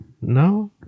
no